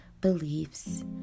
beliefs